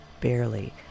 barely